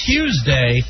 Tuesday